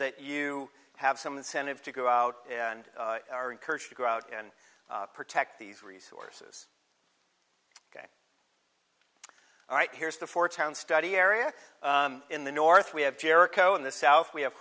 that you have some incentive to go out and are encouraged to go out and protect these resources all right here's the four towns study area in the north we have jericho in the south we have